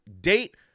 date